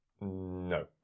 No